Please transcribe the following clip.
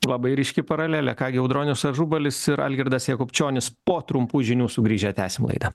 labai ryški paralelė ką gi audronius ažubalis ir algirdas jakubčionis po trumpų žinių sugrįžę tęsim laidą